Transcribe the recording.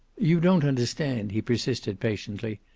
you don't understand, he persisted patiently.